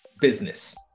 business